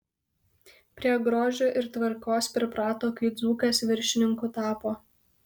prie grožio ir tvarkos priprato kai dzūkas viršininku tapo